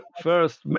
first